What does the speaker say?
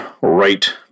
right